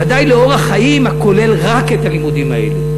ודאי לאורח חיים הכולל רק את הלימודים האלה".